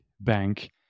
bank